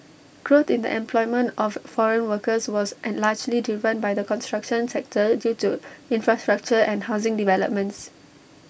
growth in the employment of foreign workers was in largely driven by the construction sector due to infrastructure and housing developments